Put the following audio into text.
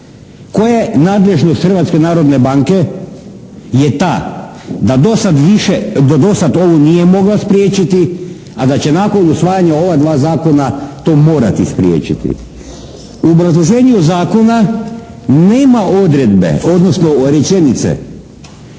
je nadležnost Hrvatske narodne banke je ta da do sada ovo nije mogla spriječiti, a da će nakon usvajanja ova dva zakona to morati spriječiti. U obrazloženju zakona nema odredbe, odnosno rečenice